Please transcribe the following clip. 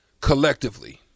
collectively